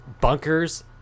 bunkers